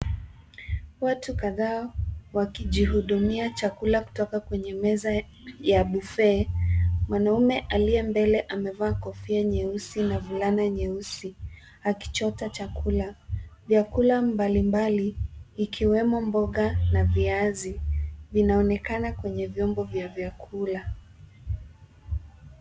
Watu kadhaa wakijihudumia chakula kutoka kwenye meza ya buffet . Mwanaume aliye mbele amevaa kofia nyeusi na fulana nyeusi akichota chakula . Vyakula mbalimbali ikiwemo mboga na viazi vinaonekana kwenye vyombo vya vyakula.